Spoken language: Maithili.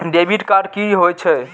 डेबिट कार्ड की होय छे?